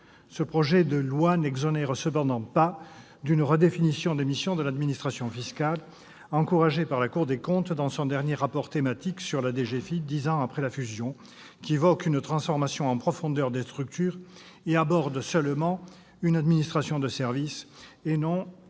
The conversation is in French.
Ce projet de loi n'exonère cependant pas d'une redéfinition des missions de l'administration fiscale encouragée par la Cour des comptes dans son dernier rapport thématique, qui évoque une transformation en profondeur des structures et aborde seulement une administration de services et non